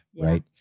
right